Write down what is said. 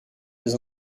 des